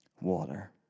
water